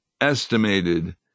estimated